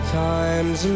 times